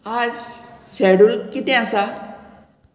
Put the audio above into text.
आज शेडूल कितें आसा